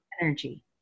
energy